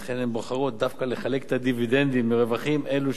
לכן הן בוחרות דווקא לחלק את הדיבידנדים מרווחים אלו,